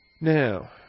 Now